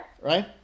right